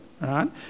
right